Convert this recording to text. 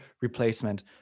replacement